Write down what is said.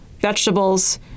vegetables